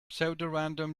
pseudorandom